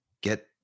get